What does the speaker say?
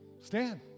Stand